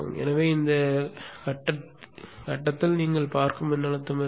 எனவே இந்த கட்டத்தில் நீங்கள் பார்க்கும் மின்னழுத்தம் இருக்கும்